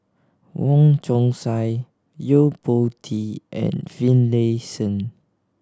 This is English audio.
Wong Chong Sai Yo Po Tee and Finlayson